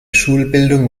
schulbildung